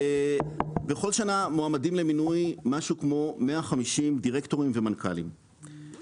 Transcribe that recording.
בכל שנה מועמדים למינוי משהו כמו 150 דירקטורים ומנכ"לים,